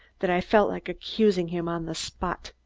that i felt like accusing him on the spot.